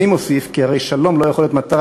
ואני מוסיף: כי הרי שלום לא יכול להיות מטרה,